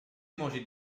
manger